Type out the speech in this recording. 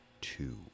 two